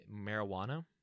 Marijuana